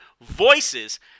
VOICES